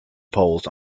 poles